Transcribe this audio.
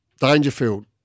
Dangerfield